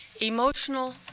emotional